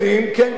כן כן,